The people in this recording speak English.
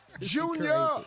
Junior